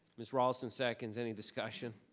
miss raulston seconds any discussion?